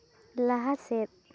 ᱞᱟᱦᱟ ᱥᱮᱫ